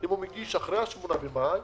אם הוא מגיש אחרי ה-8 במאי,